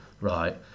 right